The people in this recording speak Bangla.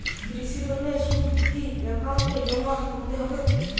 কৃষি লোনের সুদ কি একাউন্টে জমা করতে হবে?